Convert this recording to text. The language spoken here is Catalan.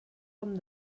com